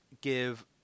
give